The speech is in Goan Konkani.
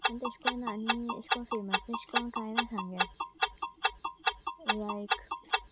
आनी तशें करून अशें करून फेमस अशें करून कांय ना सांग्यार लायक